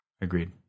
agreed